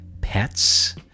pets